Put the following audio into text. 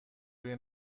روی